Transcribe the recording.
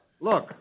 Look